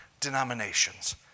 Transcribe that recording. denominations